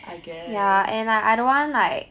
I guess